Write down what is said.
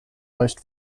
most